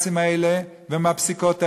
מהבג"צים האלה ומהפסיקות האלה,